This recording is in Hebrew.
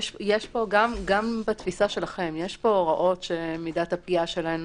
גם בתפיסה שלכם יש פה הוראות שמידת הפגיעה שלהן